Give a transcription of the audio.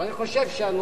אבל אני חושב שהנושא,